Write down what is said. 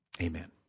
Amen